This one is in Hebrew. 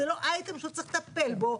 זה לא אייטם שהוא צריך לטפל בו,